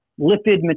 lipid